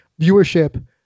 viewership